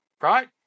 right